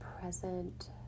present